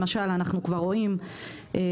למשל אנו כבר רואים של